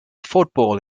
football